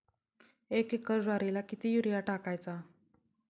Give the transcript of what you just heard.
एक एकर ज्वारीला किती युरिया टाकायचा?